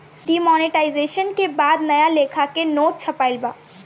demonetisation के बाद नया लेखा के नोट छपाईल बा